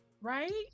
right